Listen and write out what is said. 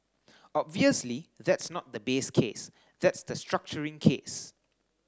obviously that's not the base case that's the structuring case